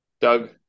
Doug